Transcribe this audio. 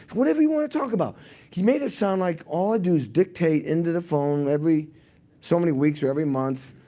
whatever you want to talk about he made it sound like all i do is dictate into the phone every so many weeks or every month,